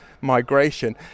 migration